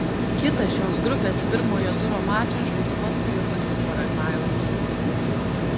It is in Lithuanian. kitą šios grupės pirmojo turo mačą žais kosta rikos ir paragvajaus rinktinės